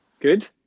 good